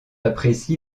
apprécie